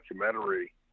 documentary